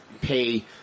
pay